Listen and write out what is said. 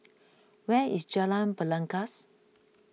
where is Jalan Belangkas